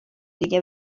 دیگه